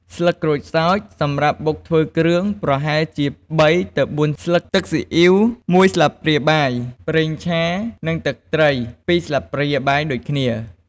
ស្លឹកក្រូចសើច សម្រាប់បុកធ្វើគ្រឿង ប្រហែលជា ៣ទៅ៤ ស្លឹក ទឹកស៊ីអ៉ីវ ១ ស្លាបព្រាបាយ ប្រេងឆា និងទឹកត្រី ២ ស្លាបព្រាបាយដូចគ្នា។